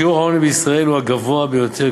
שיעור העוני שבישראל הוא הגבוה ביותר,